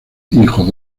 hijos